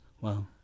Wow